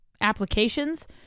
applications